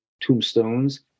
tombstones